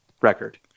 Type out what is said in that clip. record